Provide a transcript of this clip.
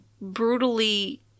brutally